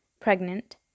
pregnant